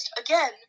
again